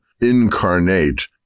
incarnate